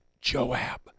Joab